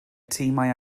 timau